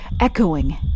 echoing